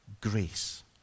grace